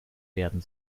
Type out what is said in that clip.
werden